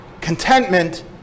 Contentment